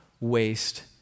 waste